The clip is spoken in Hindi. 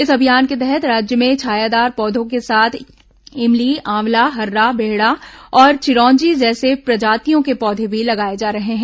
इस अभियान के तहत राज्य में छायादार पौधों के साथ इमली आंवला हर्रा बेहड़ा और चिरौंजी जैसे प्रजातियों के पौधे भी लगाए जा रहे हैं